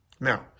Now